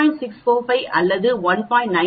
645 அல்ல 1